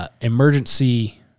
emergency